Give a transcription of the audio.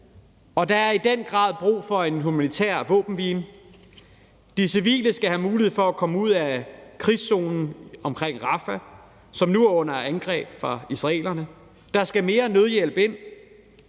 og der er i den grad brug for en humanitær våbenhvile. De civile skal have mulighed for at komme ud af krigszonen omkring Rafah, som nu er under angreb fra israelerne. Der skal mere nødhjælp ind,